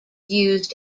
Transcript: used